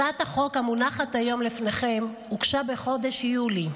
הצעת החוק המונחת היום לפניכם הוגשה בחודש יולי,